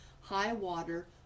high-water